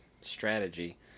strategy